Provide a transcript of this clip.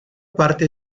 parte